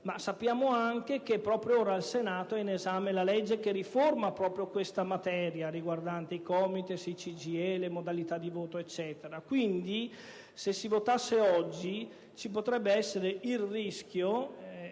ma sappiamo anche che proprio ora al Senato è in esame la legge che riforma proprio la materia riguardante i Comites, il CGIE e le modalità di voto. Quindi, se si votasse oggi vi sarebbe il rischio,